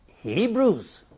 Hebrews